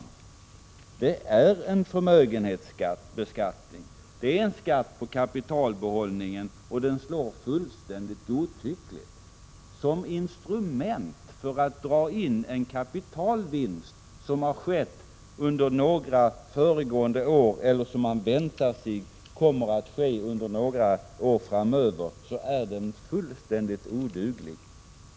Engångsskatten är en förmögenhetsskatt, den är en skatt på kapitalbehållning. Den slår fullständigt godtyckligt. Den är avsedd att vara ett instrument för att dra in en kapitalvinst som har skett under tidigare år eller som man väntar sig kommer att ske under några år framöver. Som metod för detta är den fullständigt oduglig.